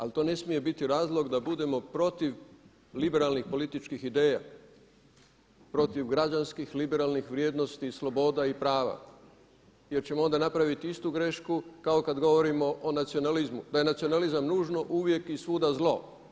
Ali to ne smije biti razlog da budemo protiv liberalnih političkih ideja, protiv građanskih liberalnih vrijednosti sloboda i prava, jer ćemo onda napraviti istu grešku kao kad govorimo o nacionalizmu da je nacionalizam nužno uvijek i svuda zlo.